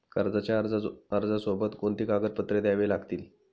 कर्जाच्या अर्जासोबत कोणती कागदपत्रे द्यावी लागतील?